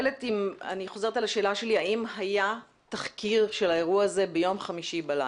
אני חוזרת על השאלה שלי האם היה תחקיר של האירוע הזה ביום חמישי בלילה.